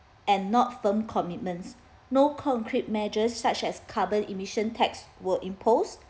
and not firm commitments no concrete measures such as carbon emission tax were imposed